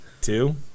Two